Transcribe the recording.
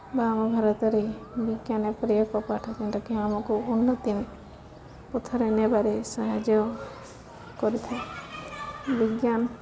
ବା ଆମ ଭାରତରେ ବିଜ୍ଞାନ ପରି ଏକ ପାଠ ଯେନ୍ଟାକି ଆମକୁ ଉନ୍ନତି ପଥରେ ନେବାରେ ସାହାଯ୍ୟ କରିଥାଏ ବିଜ୍ଞାନ